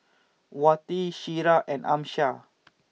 Wati Syirah and Amsyar